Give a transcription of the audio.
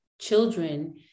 children